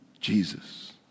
Jesus